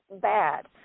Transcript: bad